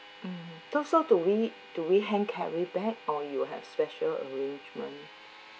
mm so so do we do we hand carry bag or you have special arrangement